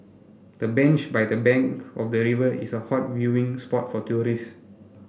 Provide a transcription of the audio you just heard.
the bench by the bank of the river is a hot viewing spot for tourists